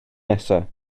nesaf